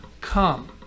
come